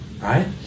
right